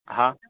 હાં